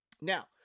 Now